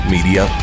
Media